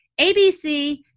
ABC